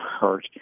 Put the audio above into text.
hurt